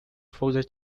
fogos